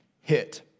hit